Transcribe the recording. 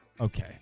Okay